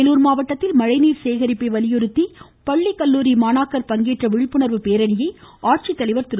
வேலூர் மாவட்டத்தில் மழைநீர் சேகரிப்பை வலியுறுத்தி பள்ளி கல்லூரி மாணவர் பங்கேற்ற விழிப்புணர்வு பேரணியை ஆட்சித்தலைவர் திரு